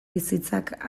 bizitzak